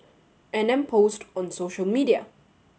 and then post on social media